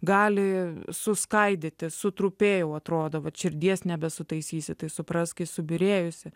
gali suskaidyti sutrupėjau atrodo vat širdies nebesutaisysi tai suprask ji subyrėjusi